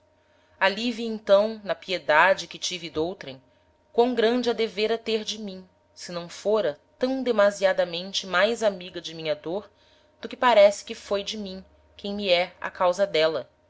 então na piedade que tive d'outrem quam grande a devêra ter de mim se não fôra tam demasiadamente mais amiga de minha dôr do que parece que foi de mim quem me é a causa d'éla